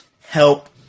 help